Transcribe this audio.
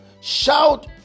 Shout